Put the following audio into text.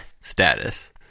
status